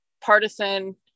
partisan